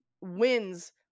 wins